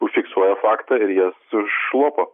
užfiksuoja faktą ir jas užlopo